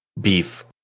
beef